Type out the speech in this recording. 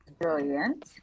brilliant